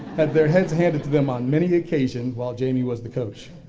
had their heads handed to them on many occasions, while jamie was the coach.